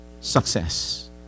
success